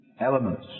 elements